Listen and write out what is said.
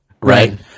Right